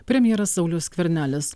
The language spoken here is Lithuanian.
premjeras saulius skvernelis